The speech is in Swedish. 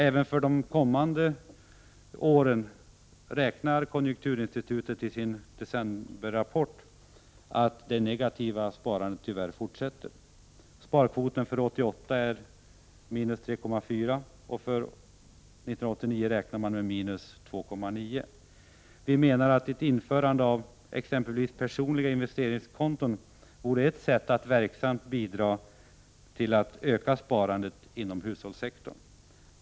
Även för de kommande åren räknar konjunkturinstitutet i sin decemberrapport med att sparandet tyvärr fortsätter att vara negativt. Sparkvoten för 1988 är minus 3,4. För 1989 räknar man med minus 2,9. Vi menar att ett införande av exempelvis personliga investeringskonton vore ett sätt att verksamt bidra till att öka sparandet inom hushållssektorn.